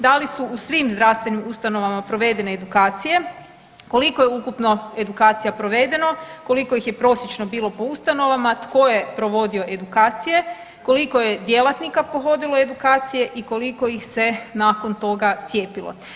Da li su u svim zdravstvenim ustanovama provedene edukacije, koliko je ukupno edukacija provedeno, koliko ih je prosječno bilo po ustanovama, tko je provodio edukacije, koliko je djelatnika pohodilo edukacije i koliko ih se nakon toga cijepilo?